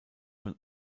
von